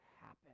happen